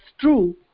true